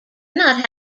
not